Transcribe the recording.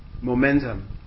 momentum